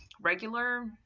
regular